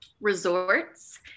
resorts